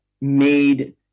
made